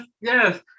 yes